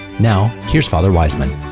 now here's father wiseman